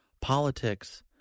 politics